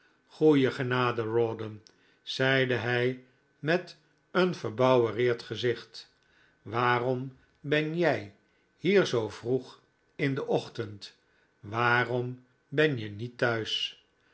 goeie genade rawdon zeide hij met een verbouwereerd gezicht waarom ben jij hier zoo vroeg in den ochtend waarom ben je niet thuis